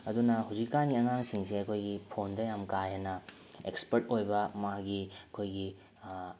ꯑꯗꯨꯅ ꯍꯧꯖꯤꯛꯀꯥꯟꯒꯤ ꯑꯉꯥꯡꯁꯤꯡꯁꯦ ꯑꯩꯈꯣꯏꯒꯤ ꯐꯣꯟꯗ ꯌꯥꯝ ꯀꯥ ꯍꯦꯟꯅ ꯑꯦꯛꯁꯄꯔ꯭ꯇ ꯑꯣꯏꯕ ꯃꯥꯒꯤ ꯑꯩꯈꯣꯏꯒꯤ